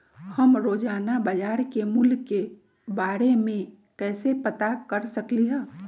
हम रोजाना बाजार के मूल्य के के बारे में कैसे पता कर सकली ह?